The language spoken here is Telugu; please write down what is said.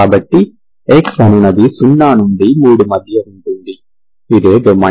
కాబట్టి x అనునది 0 నుండి 3 మధ్య ఉంటుంది ఇదే డొమైన్